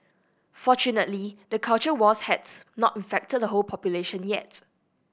fortunately the culture wars has not infected the whole population yet